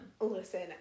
Listen